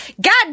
god